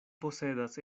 posedas